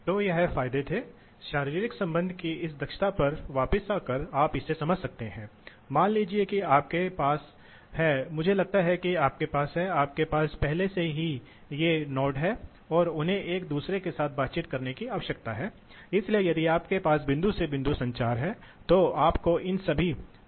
तो यह एक प्रकार का ऑन ऑफ नियंत्रण है इसलिए इसी तरह से यदि आप प्रवाह को नियंत्रित करना चाहते हैं तो आप पंखे को बंद और चालू भी कर सकते हैं इसलिए यदि आप ऐसा करते हैं तो क्या होगा